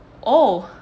oh